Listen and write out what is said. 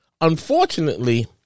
unfortunately